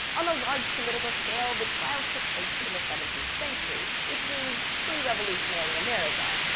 on a large political scale, the trials took place in the seventeenth century which means pre-revolutionary america.